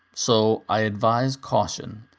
so i advise caution.